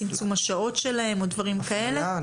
צמצום השעות שלהם או דברים כאלה?